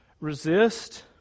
resist